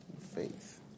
Faith